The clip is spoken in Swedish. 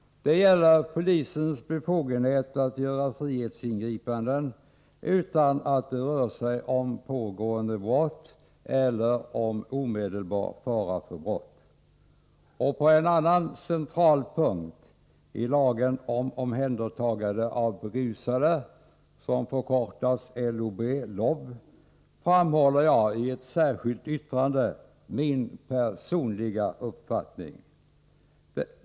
Det gäller polisens befogenhet att göra frihetsingripanden utan att det rör sig om pågående brott eller om omedelbar fara för brott. På en annan central punkt i lagen om omhändertagande av berusade — LOB — framhåller jag i ett särskilt yttrande min personliga uppfattning.